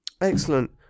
Excellent